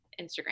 Instagram